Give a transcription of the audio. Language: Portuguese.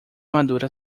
madura